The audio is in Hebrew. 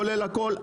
כולל הכל.